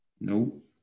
Nope